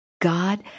God